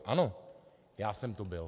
Ano, já jsem to byl.